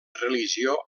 religió